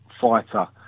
fighter